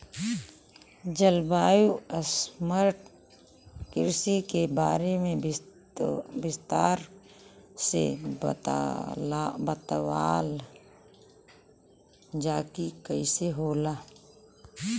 जलवायु स्मार्ट कृषि के बारे में विस्तार से बतावल जाकि कइसे होला?